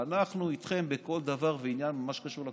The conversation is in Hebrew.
אנחנו איתכם בכל דבר ועניין במה שקשור לקורונה,